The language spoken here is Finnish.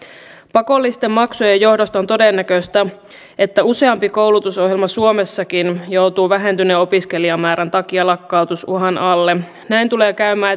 pakollisten maksujen johdosta on todennäköistä että useampi koulutusohjelma suomessakin joutuu vähentyneen opiskelijamäärän takia lakkautusuhan alle näin tulee käymään